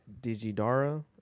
digidara